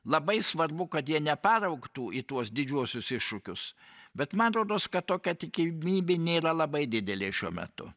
labai svarbu kad jie neperaugtų į tuos didžiuosius iššūkius bet man rodos kad tokia tikimybė nėra labai didelė šiuo metu